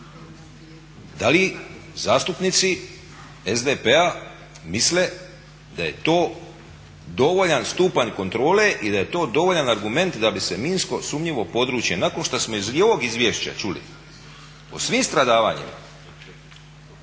Da li zastupnici SDP-a misle da je to dovoljan stupanj kontrole i da je to dovoljan argument da bi se minsko sumnjivo područje nakon što smo i iz ovog izvješća čuli o svim stradavanjima